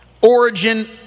origin